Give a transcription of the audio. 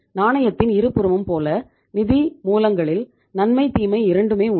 நாணயத்தின் இருபுறமும் போல நிதி மூலங்களில் நன்மை தீமை இரண்டுமே உண்டு